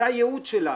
זה הייעוד שלנו,